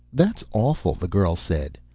that's awful, the girl said.